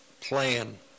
plan